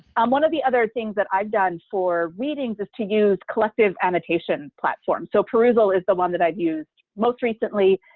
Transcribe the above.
um one of the other things that i've done for readings is to use collective annotation platform. so perusall is the one that i've used most recently.